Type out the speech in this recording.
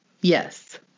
Yes